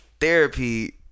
therapy